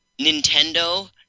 Nintendo